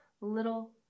Little